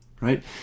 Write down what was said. right